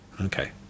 okay